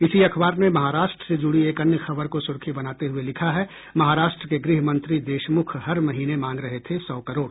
इसी अखबार ने महाराष्ट्र से जुड़ी एक अन्य खबर को सुर्खी बनाते हुये लिखा है महाराष्ट्र के गृह मंत्री देशमुख हर महीने मांग रहे थे सौ करोड़